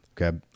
Okay